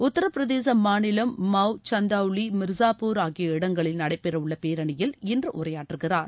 உத்தர பிரதேசம் மாநிலம் மாவ் சந்தவ்லி மிர்சாப்பூர் ஆகிய இடங்களில் நடைபெறவுள்ள பேரணியில் இன்று உரையாற்றகிறார்